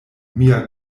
mia